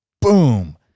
Boom